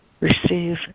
receive